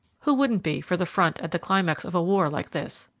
who wouldn't be for the front at the climax of a war like this?